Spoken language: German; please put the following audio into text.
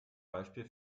beispiel